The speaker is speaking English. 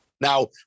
Now